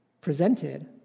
presented